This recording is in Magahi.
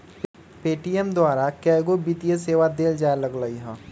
पे.टी.एम द्वारा कएगो वित्तीय सेवा देल जाय लगलई ह